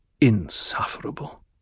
Insufferable